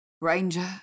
Ranger